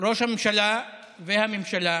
ראש הממשלה והממשלה